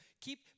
keep